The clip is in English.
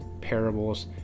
parables